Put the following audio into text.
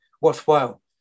worthwhile